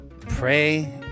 pray